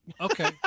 Okay